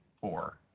four